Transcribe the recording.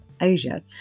Asia